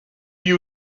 you